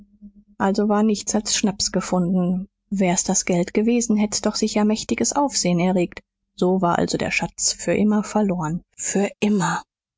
also war nichts als schnaps gefunden wär's das geld gewesen hätt's doch sicher mächtiges aufsehen erregt so war also der schatz für immer verloren für immer